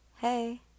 Hey